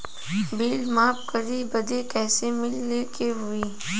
Bill माफ करे बदी कैसे मिले के होई?